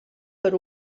per